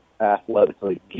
athletically